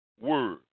word